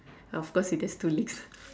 of course it has two legs